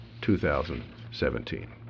2017